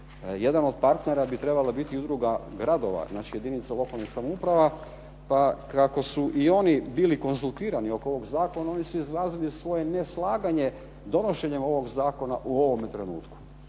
jedan od partnera bi trebala biti i Udruga gradova, znači jedinica lokalnih samouprava pa kako su i oni bili konzultirani oko ovog zakona oni su izrazili svoje neslaganje donošenjem ovog zakona u ovome trenutku.